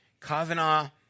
Kavanaugh